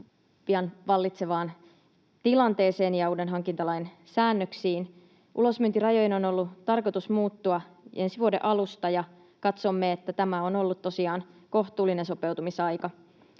pian vallitsevaan tilanteeseen ja uuden hankintalain säännöksiin. Ulosmyyntirajojen on ollut tarkoitus muuttua ensi vuoden alusta, ja katsomme, että tämä on ollut tosiaan kohtuullinen sopeutumisaika.